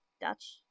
Dutch